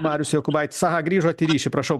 marius jokūbaitis aha grįžot į ryšį prašau